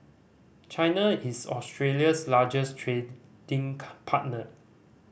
China is Australia's largest trading partner